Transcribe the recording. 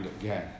again